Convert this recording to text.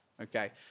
okay